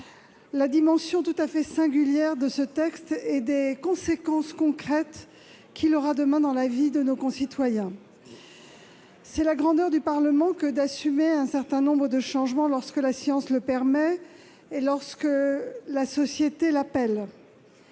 la dimension tout à fait singulière de ce texte et les conséquences concrètes qu'il emportera, demain, sur la vie de nos concitoyens. C'est la grandeur du Parlement que d'assumer un certain nombre de changements que la science rend possibles et que la société appelle.